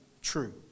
true